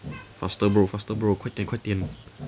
faster bro faster bro 快点快点